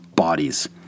bodies